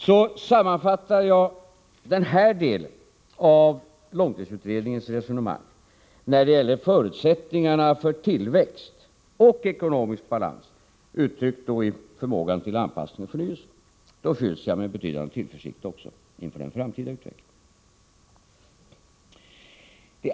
Så sammanfattar jag denna del av långtidsutredningens resonemang när - det gäller förutsättningarna för tillväxt och ekonomisk balans uttryckt i förmågan till anpassning och förnyelse. Då fylls jag med betydande tillförsikt också inför den framtida utvecklingen.